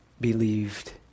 believed